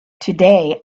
today